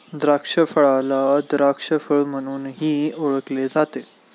द्राक्षफळाला द्राक्ष फळ म्हणूनही ओळखले जाते